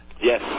Yes